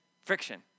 friction